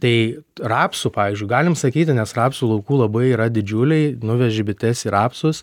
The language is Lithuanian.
tai rapsų pavyzdžiui galim sakyti nes rapsų laukų labai yra didžiuliai nuveži bites į rapsus